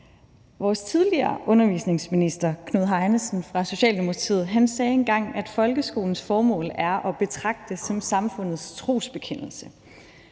Vores tidligere undervisningsminister Knud Heinesen fra Socialdemokratiet sagde engang, at folkeskolens formålsparagraf er at betragte som samfundets trosbekendelse.